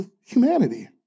humanity